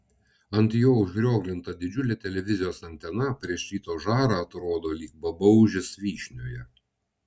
ant jo užrioglinta didžiulė televizijos antena prieš ryto žarą atrodo lyg babaužis vyšnioje